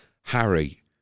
Harry